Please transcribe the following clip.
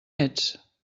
ets